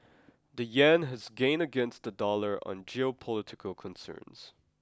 the yen has gained against the dollar on geopolitical concerns